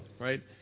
right